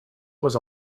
was